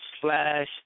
slash